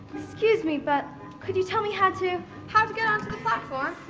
excuse me, but could you tell me how to how to get on to the platform?